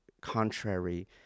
contrary